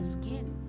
skin